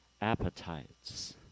appetites